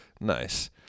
Nice